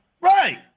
Right